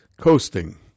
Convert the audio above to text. Coasting